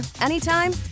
anytime